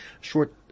short